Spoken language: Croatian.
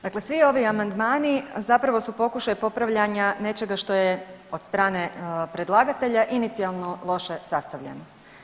Dakle, svi ovi amandmani zapravo su pokušaj popravljanja nečega što je od strane predlagatelja inicijalno loše sastavljeno.